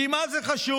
כי מה זה חשוב?